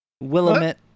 Willamette